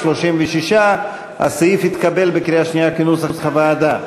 36. הסעיף התקבל בקריאה שנייה כנוסח הוועדה.